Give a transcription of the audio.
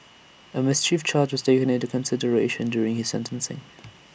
A mischief charge was taken into consideration during his sentencing